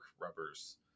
rubbers